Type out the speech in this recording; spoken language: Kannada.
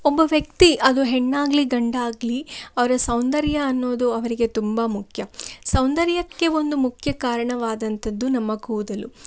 ಒಬ್ಬ ವ್ಯಕ್ತಿ ಅದು ಹೆಣ್ಣಾಗಲಿ ಗಂಡಾಗಲಿ ಅವರ ಸೌಂದರ್ಯ ಅನ್ನೋದು ಅವರಿಗೆ ತುಂಬ ಮುಖ್ಯ ಸೌಂದರ್ಯಕ್ಕೆ ಒಂದು ಮುಖ್ಯ ಕಾರಣವಾದಂಥದ್ದು ನಮ್ಮ ಕೂದಲು